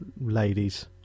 ladies